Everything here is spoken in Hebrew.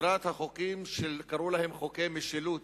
סדרת החוקים שקרו להם חוקי משילות.